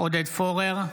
עודד פורר,